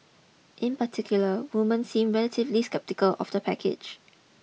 in particular women seem relatively sceptical of the package